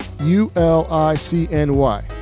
U-L-I-C-N-Y